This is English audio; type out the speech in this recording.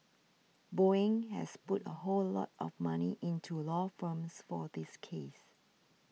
Boeing has put a whole lot of money into law firms for this case